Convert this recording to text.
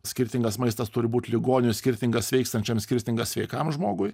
skirtingas maistas turi būt ligoniui skirtingas sveikstančiam skirtingas sveikam žmogui